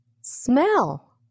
Smell